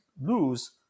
lose